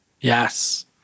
Yes